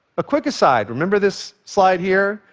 a quick aside remember this slide here?